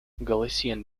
galician